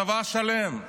צבא שלם,